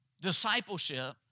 discipleship